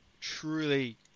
truly